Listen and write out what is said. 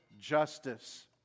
justice